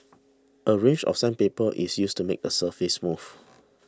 a range of sandpaper is used to make the surface smooth